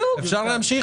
אפשר להמשיך.